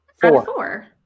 Four